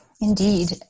Indeed